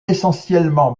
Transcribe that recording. essentiellement